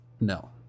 no